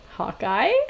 Hawkeye